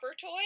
toy